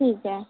ठीक है